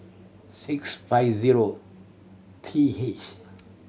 six five zero T H